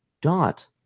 dot